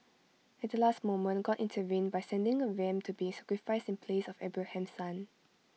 at the last moment God intervened by sending A ram to be sacrificed in place of Abraham's son